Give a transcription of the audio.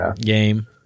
game